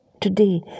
today